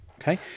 Okay